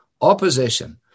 opposition